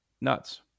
nuts